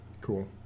Cool